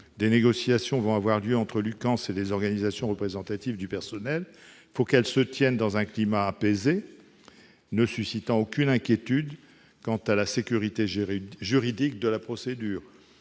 Des négociations vont avoir lieu entre l'UCANSS et les organisations représentatives du personnel. Il faut qu'elles se tiennent dans un climat apaisé et ne suscitent aucune inquiétude quant à la sécurité juridique de la procédure.